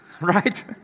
right